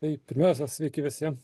tai pirmiausia sveiki visi